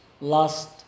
last